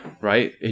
right